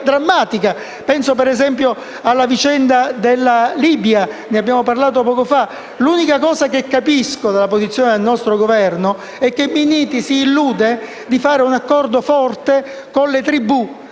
Penso - per esempio - alla vicenda della Libia, di cui abbiamo parlato poco fa. L'unica cosa che capisco della posizione del nostro Governo è che Minniti si illude di fare un accordo forte con le tribù